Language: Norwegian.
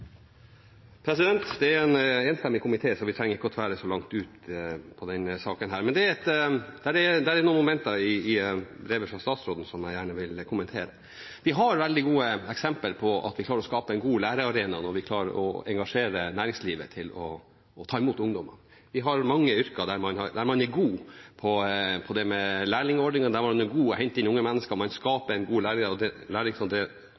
en enstemmig komité, så vi trenger ikke å tvære denne saken så veldig langt ut. Men det er noen momenter i brevet fra statsråden som jeg gjerne vil kommentere. Vi har veldig gode eksempler på at vi klarer å skape en god læringsarena når vi klarer å engasjere næringslivet til å ta imot ungdommer. Vi har mange yrker der man er gode på det med lærlingordninger, der man er gode til å hente inn unge mennesker og skaper en god læringsarena i bedriften, og man